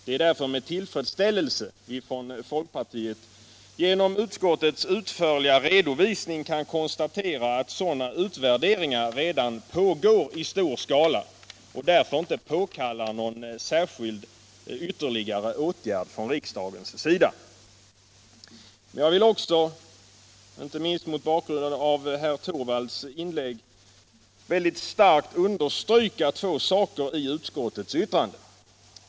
Det är därför med tillfredsställelse vi från folkpartiet genom utskottets utförliga redovisning kan konstatera att sådana utvärderingar redan pågår i stor skala och därför inte påkallar någon särskild ytterligare åtgärd från riksdagens sida. Jag vill inte minst mot bakgrund av herr Torwalds inlägg väldigt starkt understryka två saker i utskottets betänkande.